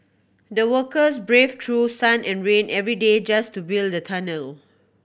the workers braved through sun and rain every day just to build the tunnel